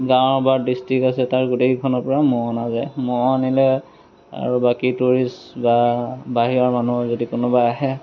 গাঁৱৰ বা ডিষ্ট্ৰিক্ট আছে তাৰ গোটেইখনৰ পৰা ম'হ আনা যায় ম'হ আনিলে আৰু বাকী টুৰিষ্ট বা বাহিৰৰ মানুহৰ যদি কোনোবাই আহে